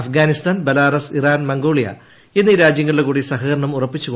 Afghanistan Belarus Iran Mongolia എന്നീ രാജ്യങ്ങളുടെ കൂടി സഹകരണം ഉറപ്പിച്ചു